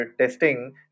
testing